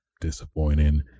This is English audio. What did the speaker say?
disappointing